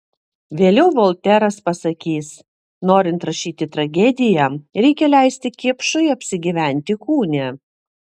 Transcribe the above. vėliau volteras pasakys norint rašyti tragediją reikia leisti kipšui apsigyventi kūne